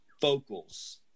vocals